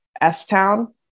S-Town